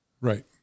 Right